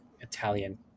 Italian